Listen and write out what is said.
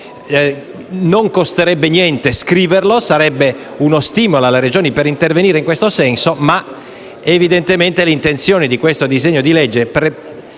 Non costerebbe niente scriverlo, sarebbe uno stimolo alle Regioni per intervenire in questo senso, ma evidentemente le intenzioni del presente disegno di legge sono